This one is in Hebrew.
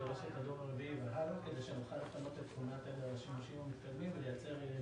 הדור הרביעי והלאה כדי שנוכל לפנות את התדר לשימושים המתקדמים ולייצר...